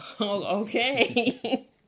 okay